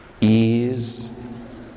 Ease